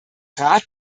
rat